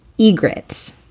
egret